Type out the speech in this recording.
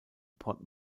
port